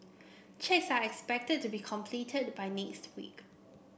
checks are expected to be completed by next week